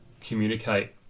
communicate